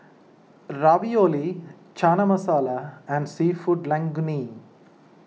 Ravioli Chana Masala and Seafood Linguine